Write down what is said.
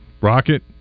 Rocket